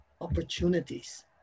opportunities